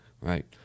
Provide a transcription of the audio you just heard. right